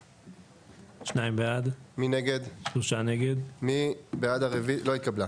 הצבעה בעד, 2 נגד, 3 נמנעים, 0 הרביזיה לא התקבלה.